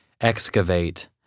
excavate